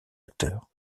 acteur